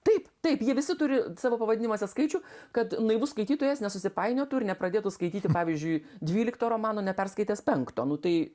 taip taip jie visi turi savo pavadinimuose skaičių kad naivus skaitytojas nesusipainiotų ir nepradėtų skaityti pavyzdžiui dvylikto romano neperskaitęs penkto nu tai